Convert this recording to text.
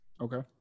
Okay